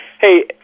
Hey